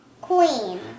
queen